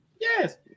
Yes